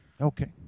Okay